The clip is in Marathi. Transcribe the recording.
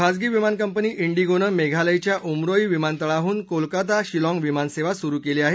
खाजगी विमान कंपनी इंडीगोनं मेघालयच्या उमरोई विमान तळाहून कोलकत्ता शिलॉंग विमान सेवा सुरु केली आहे